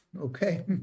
Okay